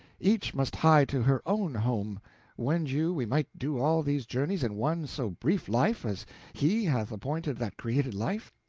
each must hie to her own home wend you we might do all these journeys in one so brief life as he hath appointed that created life,